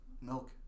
Milk